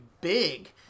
big